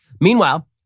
Meanwhile